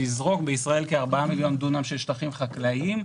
בישראל יש כ-4 מיליון דונם של שטחים חקלאיים.